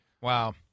Wow